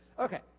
Okay